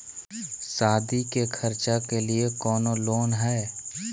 सादी के खर्चा के लिए कौनो लोन है?